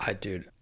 Dude